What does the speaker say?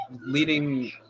leading